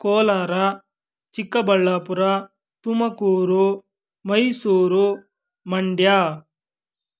Kolar Chikkaballapur Tumakuru Mysuru Mandya